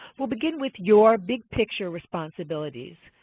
we'll begin with your big picture responsibilities,